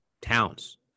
towns